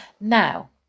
Now